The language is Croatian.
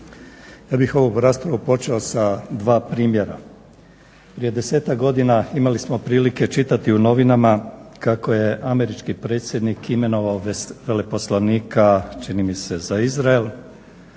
Ja bih ovu raspravu počeo sa dva primjera. Prije desetak godina imali smo prilike čitati u novinama kako je američki predsjednik imenovao veleposlanika čini mi se za Izrael,